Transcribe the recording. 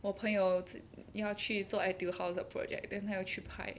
我朋友要去做 Etude House 的 project then 她要去拍